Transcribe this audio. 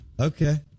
Okay